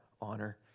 honor